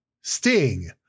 Sting